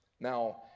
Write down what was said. now